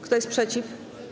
Kto jest przeciw?